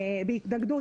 בהתנגדות,